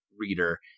reader